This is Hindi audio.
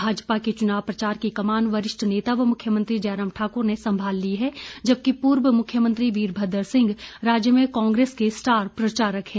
भाजपा के चुनाव प्रचार की कमान वरिष्ठ नेता व मुख्यमंत्री जयराम ठाकुर ने सम्भाल ली है जबकि पूर्व मुख्यमंत्री वीरभद्र सिंह राज्य में कांग्रेस के स्टार प्रचारक हैं